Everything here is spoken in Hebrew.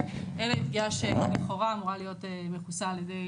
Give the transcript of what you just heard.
אלא היא פגיעה שלכאורה אמורה להיות מכוסה על ידי